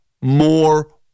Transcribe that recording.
more